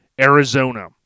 Arizona